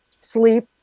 sleep